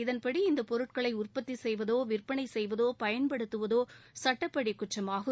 இதன்படி இந்த பொருட்களை உற்பத்தி செய்வதோ விற்பனை செய்வதோ பயன்படுத்துவதோ சட்டப்படி குற்றமாகும்